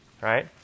right